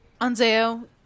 Anzeo